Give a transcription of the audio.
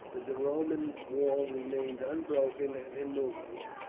but the roman wall remained unbroken and immovable.